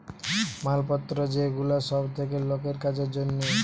মাল পত্র যে গুলা সব থাকে লোকের কাজের জন্যে